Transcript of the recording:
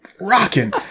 rocking